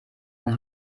ein